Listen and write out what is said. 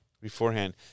beforehand